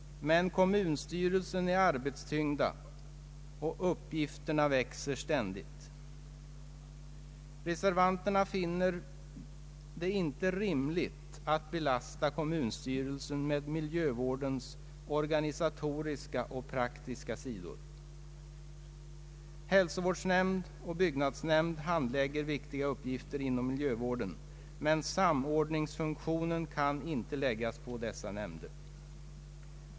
Men kommunstyrelserna är arbetsfyllda och uppgifterna växer ständigt. Reservanterna finner det inte rimligt att belasta kommunstyrelsen med miljövårdens organisatoriska och praktiska sidor. Hälsovårdsnämnd och byggnadsnämnd handlägger viktiga uppgifter inom miljövården, men samordningsfunktionen kan inte läggas på dessa nämnder.